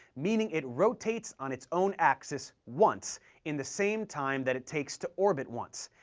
meaning it rotates on its own axis once in the same time that it takes to orbit once.